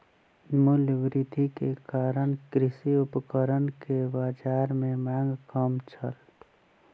मूल्य वृद्धि के कारण कृषि उपकरण के बाजार में मांग कम छल